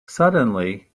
suddenly